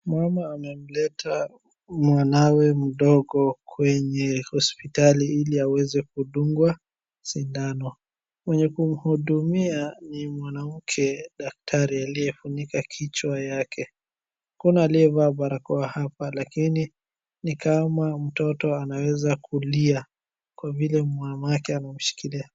Mama ameleta mwanamwe mdogo kwenye hospitali ili aweze kudungwa sindano. Mwenye kumhudumia ni mwanamke daktari aliyefunika kichwa yake. Kuna aliye vaa barakoa hapa Lakin ni Kama mtoto anaweza kulia , Kwa vile mamake anamshikilia.